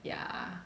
yeah